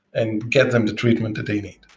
and get them the treatment that they need.